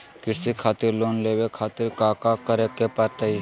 कृषि खातिर लोन लेवे खातिर काका करे की परतई?